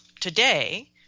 today